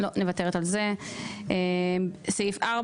בסעיף 4: